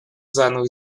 заново